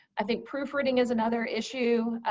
i think proofreading is another issue.